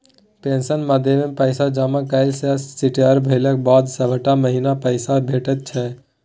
पेंशनक मदमे पैसा जमा कएला सँ रिटायर भेलाक बाद सभटा महीना पैसे भेटैत छै